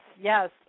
yes